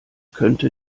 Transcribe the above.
könnte